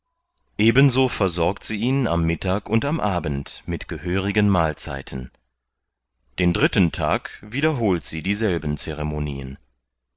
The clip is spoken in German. so versorgt sie ihn am mittag und am abend mit gehörigen mahlzeiten den dritten tag wiederholt sie dieselben ceremonien